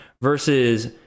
Versus